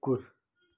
कुकुर